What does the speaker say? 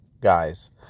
guys